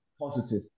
positive